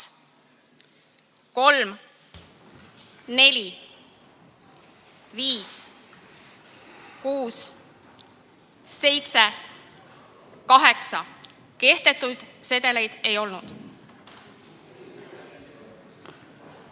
3, 4, 5, 6, 7, 8. Kehtetuid sedeleid ei olnud.